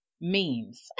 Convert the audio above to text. memes